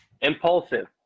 impulsive